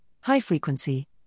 high-frequency